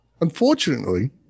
Unfortunately